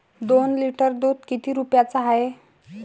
दोन लिटर दुध किती रुप्याचं हाये?